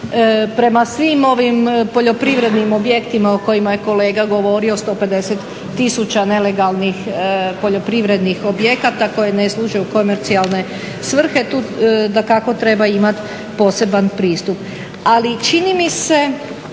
prema svim ovim poljoprivrednim objektima o kojima je kolega govorio 150 tisuća nelegalnih poljoprivrednih objekata koje ne služe u komercijalne svrhe. Tu dakako treba imati poseban pristup. Ali čini mi se